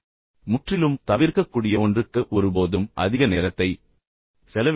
எனவே முற்றிலும் தவிர்க்கக்கூடிய ஒன்றுக்கு ஒருபோதும் அதிக நேரத்தை செலவிட வேண்டாம்